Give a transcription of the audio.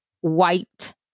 white